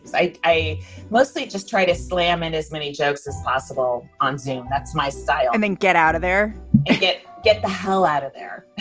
like i mostly just try to slam in as many jokes as possible on zaim. that's my style. and then get out of there and get get the hell out of there.